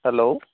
hello